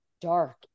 dark